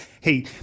hey